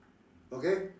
okay